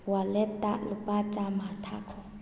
ꯋꯥꯂꯦꯠꯇ ꯂꯨꯄꯥ ꯆꯥꯃ ꯊꯥꯈꯣ